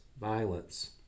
violence